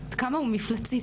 הוא מפלצתי